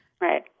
Right